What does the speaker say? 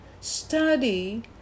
Study